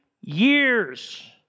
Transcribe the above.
years